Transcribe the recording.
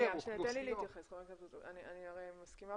אני מסכימה